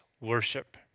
worship